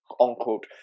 unquote